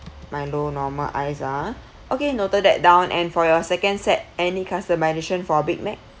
milo normal ice a'ah okay noted that down and for your second set any customization for big mac